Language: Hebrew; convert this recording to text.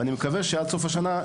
ואני מקווה שעד סוף השנה,